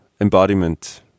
embodiment